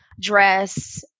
dress